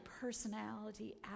personality